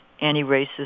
anti-racist